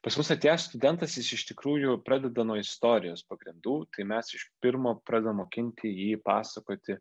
pas mus atėjęs studentas jis iš tikrųjų pradeda nuo istorijos pagrindų tai mes iš pirmo pradedam mokinti jį pasakoti